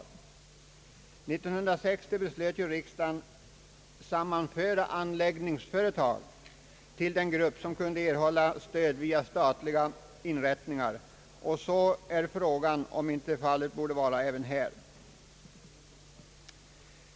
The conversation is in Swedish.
År 1960 beslöt riksdagen att sammanföra anläggningsföretag med den grupp, som kunde erhålla stöd via statliga inrättningar, och fråga är om man inte borde göra på samma sätt med den bransch det nu gäller.